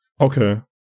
Okay